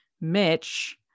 Mitch